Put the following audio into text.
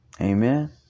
Amen